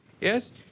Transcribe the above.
Yes